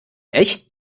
echt